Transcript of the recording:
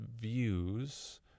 views